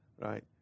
right